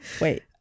wait